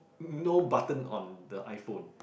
no button on the iPhone